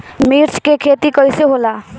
मिर्च के खेती कईसे होला?